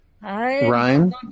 Ryan